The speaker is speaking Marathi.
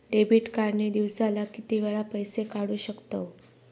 डेबिट कार्ड ने दिवसाला किती वेळा पैसे काढू शकतव?